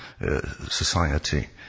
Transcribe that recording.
society